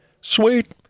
Sweet